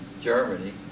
Germany